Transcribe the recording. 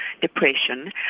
depression